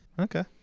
Okay